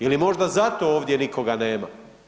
Je li možda zato ovdje nikoga nema?